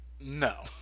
No